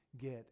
get